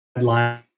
line